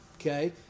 Okay